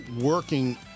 working